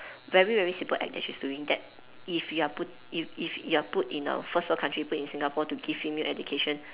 very very simple act that she's doing that if you are put if if you are put in a first world country put in Singapore to give female education